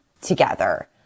together